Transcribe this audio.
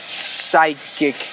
psychic